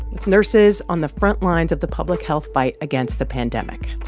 with nurses on the front lines of the public health fight against the pandemic.